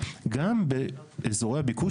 גם באזורי הביקוש,